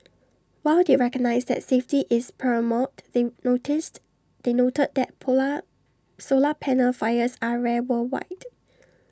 while they recognised that safety is paramount the noticed they noted that polar solar panel fires are rare worldwide